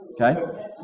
Okay